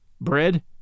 bread